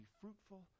fruitful